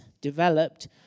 developed